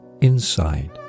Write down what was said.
inside